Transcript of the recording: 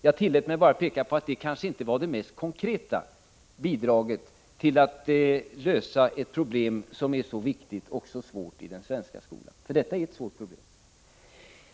Jag tillät mig bara påpeka att det kanske inte var det mest konkreta bidraget när det gäller att lösa ett så viktigt och svårt problem i den svenska skolan.